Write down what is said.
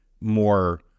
more